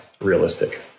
realistic